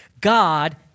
God